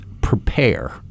prepare